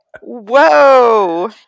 Whoa